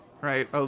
right